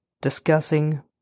discussing